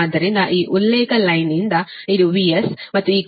ಆದ್ದರಿಂದ ಈ ಉಲ್ಲೇಖ ಲೈನ್ ಯಿಂದ ಇದು VS ಮತ್ತು ಈ ಕೋನವು 4